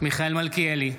מיכאל מלכיאלי,